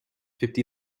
fifty